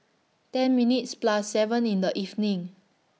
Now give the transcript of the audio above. ten minutes Plus seven in The evening